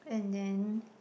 and then